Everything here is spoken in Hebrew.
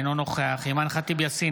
אינו נוכח אימאן ח'טיב יאסין,